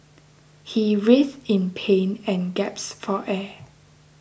he writhed in pain and gaps for air